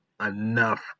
enough